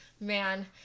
man